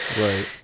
right